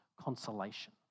consolation